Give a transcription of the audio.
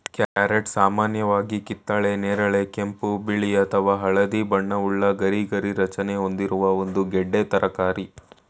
carrot ಸಾಮಾನ್ಯವಾಗಿ ಕಿತ್ತಳೆ ನೇರಳೆ ಕೆಂಪು ಬಿಳಿ ಅಥವಾ ಹಳದಿ ಬಣ್ಣವುಳ್ಳ ಗರಿಗರಿ ರಚನೆ ಹೊಂದಿರುವ ಒಂದು ಗೆಡ್ಡೆ ತರಕಾರಿ